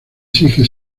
exige